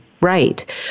right